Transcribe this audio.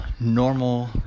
normal